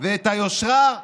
ואת היושרה,